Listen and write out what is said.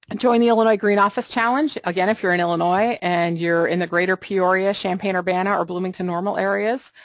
and join the illinois green office challenge, again, if you're in illinois and you're in the greater peoria, champaign-urbana, or bloomington-normal areas,